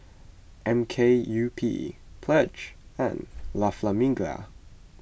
M K U P Pledge and La Famiglia